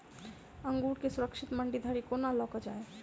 अंगूर केँ सुरक्षित मंडी धरि कोना लकऽ जाय?